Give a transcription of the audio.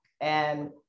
and-